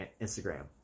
Instagram